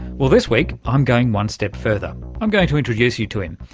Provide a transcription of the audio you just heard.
well, this week, i'm going one step further i'm going to introduce you to him.